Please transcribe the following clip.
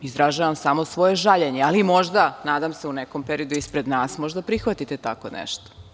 Izražavam sam svoje žaljenje, ali možda, nadam se, u nekom periodu ispred nas, možda prihvatite tako nešto.